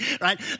right